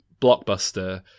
blockbuster